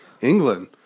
England